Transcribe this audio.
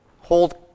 hold